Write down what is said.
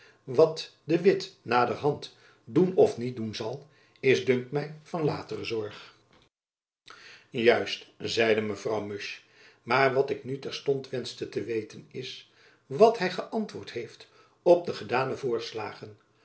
wat de witt naderhand doen of niet doen zal is dunkt my van latere zorg juist zeide mevrouw musch maar wat ik nu terstond wenschte te weten is wat hy geäntwoord heeft op de gedane voorslagen